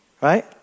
Right